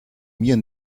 mir